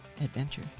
adventure